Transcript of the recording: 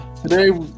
Today